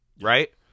right